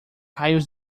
raios